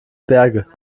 berge